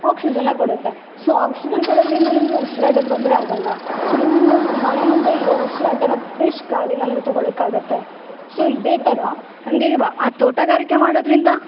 ಆಕ್ಸಿಜನ್ನ ಕೊಡುತ್ತೆ so oxygen ಕೊಡೋದರಿಂದ ನಿಮಗೆ ಉಸಿರಾಟದ್ ತೊಂದರೆ ಆಗೋಲ್ಲ ಸೊ ನಿಮ್ಮ ಮನೆ ಮುಂದೆಯಿರೊ ಉಸಿರಾಟನ ಫ್ರೆಶ್ ಗಾಳಿನ ನೀವು ತಗೋಳೋಕ್ಕಾಗುತ್ತೆ ಸೊ ಇದೇ ಥರ ಹಂಗೆ ವಾ ಆ ತೋಟಗಾರಿಕೆ ಮಾಡೋದರಿಂದ